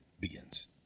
begins